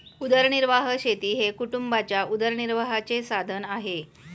उदरनिर्वाह शेती हे कुटुंबाच्या उदरनिर्वाहाचे साधन आहे